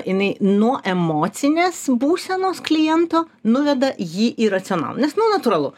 jinai nuo emocinės būsenos kliento nuveda jį į racionalų nes nu natūralu